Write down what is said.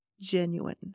genuine